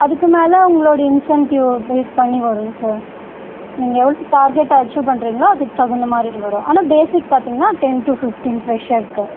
அதுக்கு மேலே உங்களுடைய இன்சென்டிவ்வை பேஸ் பண்ணி வரும் சார் நீங்கள் எவ்வளோ டார்கெட் அச்சீவ் பண்ணுறீங்களோ அதுக்குத் தகுந்தமாதிரி வரும் ஆனால் ஃபேஸிக் பார்த்தீங்கனா டென் டு ஃபிஃப்டின் ஃப்ரெஷ்ஷருக்கு